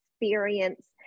experience